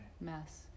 mess